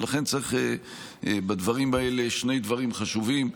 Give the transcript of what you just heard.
ולכן, בדברים האלה צריך שני דברים חשובים: